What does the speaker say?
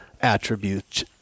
attributes